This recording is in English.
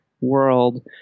world